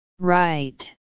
right